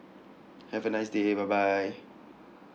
have a nice day bye bye